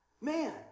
man